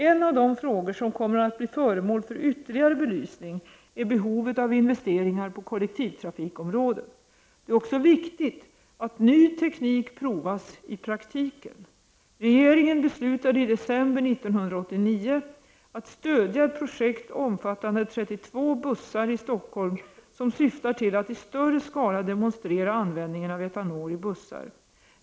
En av de frågor som kommer att bli föremål för ytterligare belysning är behovet av investeringar på kollektivtrafikområdet. Det är också viktigt att ny teknik provas i praktiken. Regeringen beslutade i december 1989 att stödja ett projekt omfattande 32 bussar i Stockholm som syftar till att i större skala demonstrera användningen av etanol i bussar.